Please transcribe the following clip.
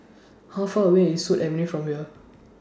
How Far away IS Sut Avenue from here